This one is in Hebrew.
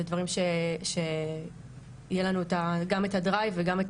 זה דברים שיהיה לנו גם את הדרייב וגם את